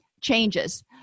changes